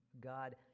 God